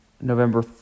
November